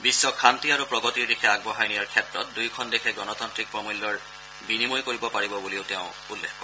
বিশ্বক শান্তি আৰু প্ৰগতিৰ দিশে আগবঢ়াই নিয়াৰ ক্ষেত্ৰত দুয়োখন দেশে গণতান্ত্ৰিক প্ৰমূল্যৰ বিনিময় কৰিব পাৰিব বুলিও তেওঁ উল্লেখ কৰে